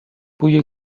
بوی